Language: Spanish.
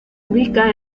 ubica